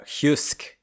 Husk